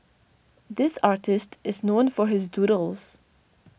this artist is known for his doodles